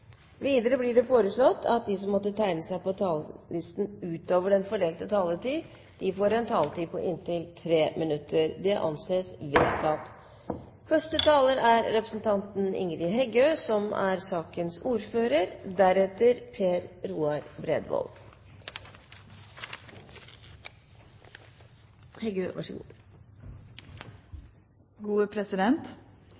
Videre blir det foreslått at de som måtte tegne seg på talerlisten utover den fordelte taletid, får en taletid på inntil 3 minutter. – Det anses vedtatt.